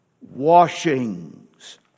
washings